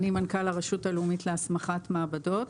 אני מנכ"ל הרשות הלאומית להסמכת מעבדות.